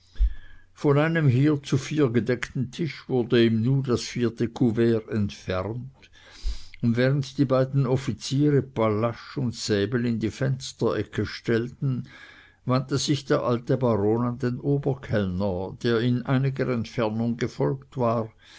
von einem hier zu vier gedeckten tisch wurde im nu das vierte couvert entfernt und während die beiden offiziere pallasch und säbel in die fensterecke stellten wandte sich der alte baron an den oberkellner der in einiger entfernung gefolgt war